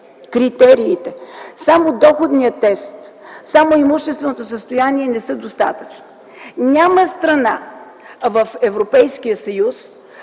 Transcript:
Критериите! Само доходният тест, само имущественото състояние не са достатъчни. Няма страна в Европейския съюз,